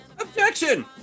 Objection